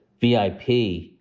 VIP